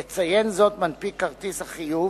יציין זאת מנפיק כרטיס החיוב